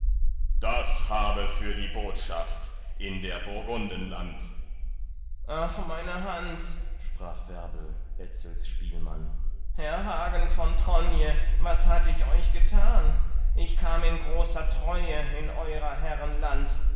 das habe für die botschaft in der burgundenland ach meine hand sprach werbel etzels spielmann herr hagen von tronje was hatt ich euch getan ich kam in großer treue in eurer herren land